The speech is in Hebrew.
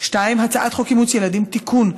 הצעת חוק אימוץ ילדים (תיקון,